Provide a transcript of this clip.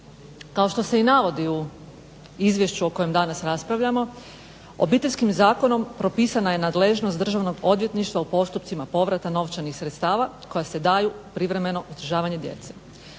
Kao što se i navodi u izvješću o kojem danas raspravljamo, Obiteljskim zakonom propisana je nadležnost Državnog odvjetništva u postupcima povrata novčanih sredstava koja se daju za privremeno uzdržavanje djece.